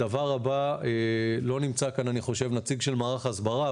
הדבר הבא אני חושב שלא נמצא כאן נציג של מערך ההסברה,